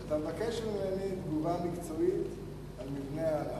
כשאתה מבקש ממני תשובה מקצועית על מבנה הענף.